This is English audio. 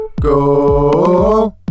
Go